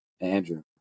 Andrew